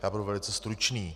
Já budu velice stručný.